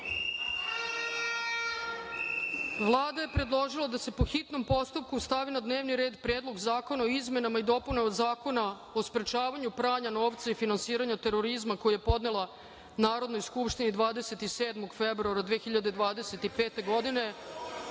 je predložila da se, po hitnom postupku, stavi na dnevni red Predlog zakona o izmenama i dopunama Zakona o sprečavanju pranja novca i finansiranja terorizma, koji je podnela Narodnoj skupštini 27. februara 2025.